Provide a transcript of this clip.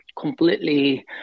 completely